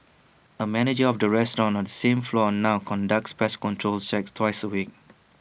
A manager of the restaurant on the same floor now conducts pest control checks twice A week